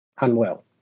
unwell